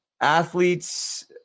Athletes